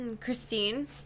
Christine